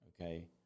okay